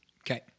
Okay